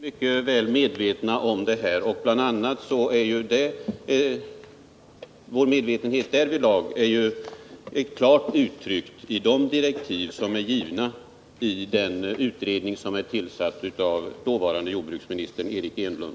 Herr talman! Nej, vi är väl medvetna om problemen, vilket klart framgår av direktiven till den utredning som tillsattes av dåvarande jordbruksministern Eric Enlund.